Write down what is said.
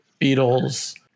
Beatles